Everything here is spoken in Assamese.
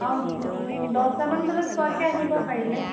অ দহটামান বজাত পোৱাকৈ আহিব পাৰিলে